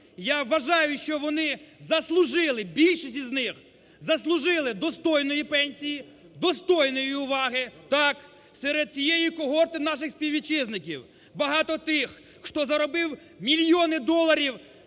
Я вважаю, що вони заслужили, більшість із них заслужили достойної пенсії, достойної уваги. Так, серед цієї когорти наших співвітчизників багато тих, хто заробив мільйони доларів,